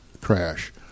crash